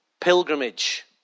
pilgrimage